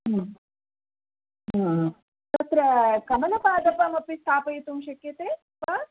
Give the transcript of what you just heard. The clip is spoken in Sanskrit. तत्र कमलपादपम् अपि स्थापयितुं शक्यते वा